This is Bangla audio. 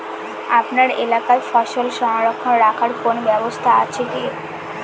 আপনার এলাকায় ফসল সংরক্ষণ রাখার কোন ব্যাবস্থা আছে কি?